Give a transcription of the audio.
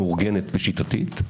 מאורגנת ושיטתית,